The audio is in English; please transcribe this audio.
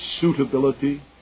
suitability